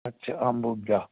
ਅੱਛਾ ਅੰਬੂਜਾ